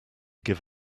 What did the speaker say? give